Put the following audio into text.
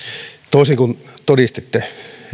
toisin kuin todistitte